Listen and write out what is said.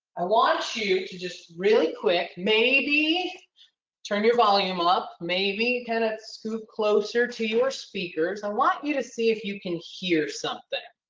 i want you to just really quick, maybe turn your volume up, maybe kind of scoop closer to your speakers. i want you to see if you can hear something,